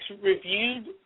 reviewed